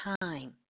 time